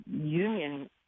union